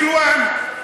הוא טוב להתנחלות בסילואן,